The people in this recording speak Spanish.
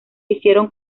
hicieron